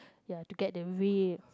ya to get the